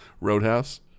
Roadhouse